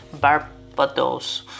Barbados